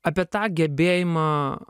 apie tą gebėjimą